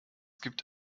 gibt